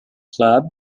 club